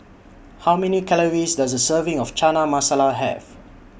How Many Calories Does A Serving of Chana Masala Have